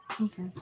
Okay